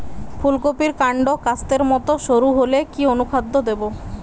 ফুলকপির কান্ড কাস্তের মত সরু হলে কি অনুখাদ্য দেবো?